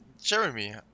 Jeremy